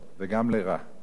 יש ספרים,